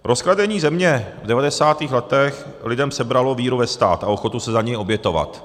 Rozkradení země v devadesátých letech lidem sebralo víru ve stát a ochotu se za něj obětovat.